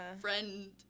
friend